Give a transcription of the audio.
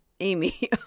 Amy